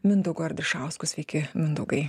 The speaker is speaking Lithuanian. mindaugu ardišausku sveiki mindaugai